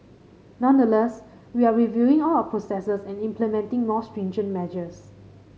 nonetheless we are reviewing all our processes and implementing more stringent measures